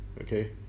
okay